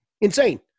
Insane